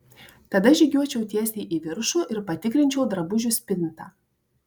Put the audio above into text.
tada žygiuočiau tiesiai į viršų ir patikrinčiau drabužių spintą